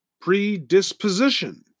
predisposition